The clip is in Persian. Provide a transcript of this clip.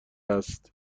است